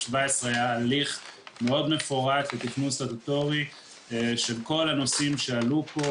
2017 היה הליך מאוד מפורט לתכנון סטטוטורי של כל הנושאים שעלו פה